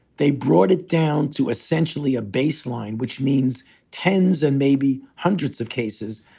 they brought it down to essentially a baseline, which means tens and maybe hundreds of cases,